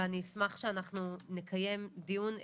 ואני אשמח שאנחנו נקיים דיון.